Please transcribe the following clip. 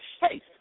hey